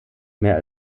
mehr